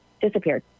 disappeared